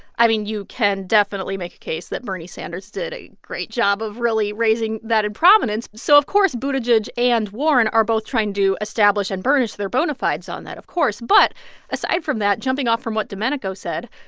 i mean, you can definitely make a case that bernie sanders did a great job of really raising that in prominence. so, of course, buttigieg and warren are both trying to establish and burnish their bona fides on that, of course but aside from that, jumping off from what domenico said,